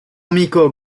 amico